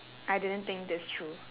I didn't think this through